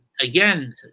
again